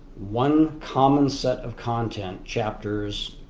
one common set of content chapters,